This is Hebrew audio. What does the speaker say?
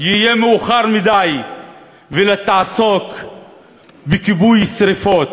יהיה מאוחר מדי ותעסוק בכיבוי שרפות,